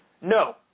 No